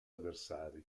avversari